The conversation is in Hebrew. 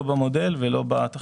לא במודל ולא בתחשיב.